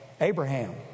Abraham